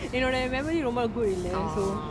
orh